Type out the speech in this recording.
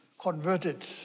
converted